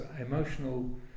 emotional